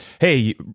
hey